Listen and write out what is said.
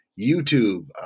YouTube